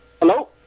Hello